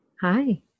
Hi